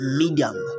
medium